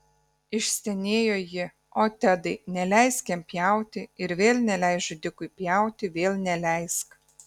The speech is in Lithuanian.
išstenėjo ji o tedai neleisk jam pjauti ir vėl neleisk žudikui pjauti vėl neleisk